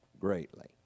greatly